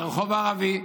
ברחוב הערבי.